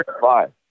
five